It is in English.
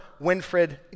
Winfred